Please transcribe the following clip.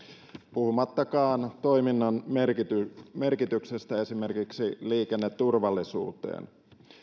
puhumattakaan toiminnan merkityksestä merkityksestä esimerkiksi liikenneturvallisuuteen